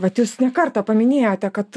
vat jūs ne kartą paminėjote kad